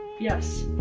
yes,